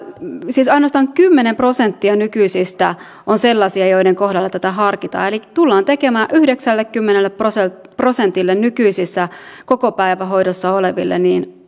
siis ainoastaan kymmenen prosenttia nykyisistä päätöksistä on sellaisia joiden kohdalla tätä harkitaan että tullaan tekemään yhdeksällekymmenelle prosentille prosentille nykyisistä kokopäivähoidossa olevista